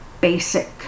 basic